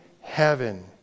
heaven